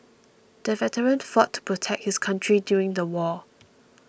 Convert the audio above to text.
the veteran fought to protect his country during the war